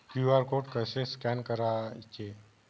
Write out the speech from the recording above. QR code कसे scan करायचे?